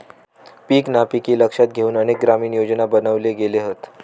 पीक नापिकी लक्षात घेउन अनेक ग्रामीण योजना बनवले गेले हत